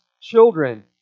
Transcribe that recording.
children